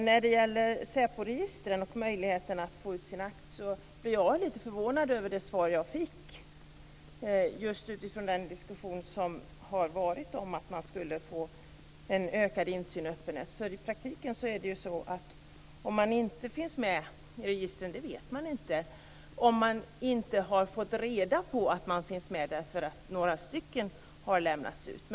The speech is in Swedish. När det gäller SÄPO-registren och möjligheten att få ut sin akt blir jag lite förvånad över det svar som jag har fått med tanke på den diskussion som har varit om att det skulle bli en ökad insyn och öppenhet. I praktiken vet man ju inte om man finns med i registren om man inte har fått reda på det därför att några uppgifter har lämnats ut.